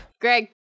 Greg